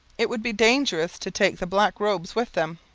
it would be dangerous to take the black-robes with them.